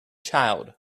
child